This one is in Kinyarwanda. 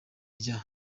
rya